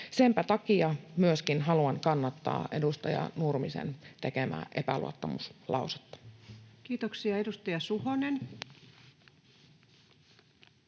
Senpä takia myöskin haluan kannattaa edustaja Nurmisen tekemää epäluottamuslausetta. Kiitoksia. — Edustaja Suhonen.